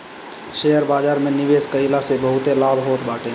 share बाजार में निवेश कईला से बहुते लाभ होत बाटे